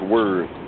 Word